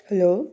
hello